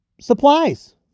supplies